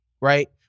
right